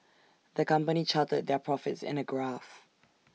the company charted their profits in A graph